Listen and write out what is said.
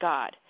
God